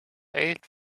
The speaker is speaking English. eight